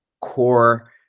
core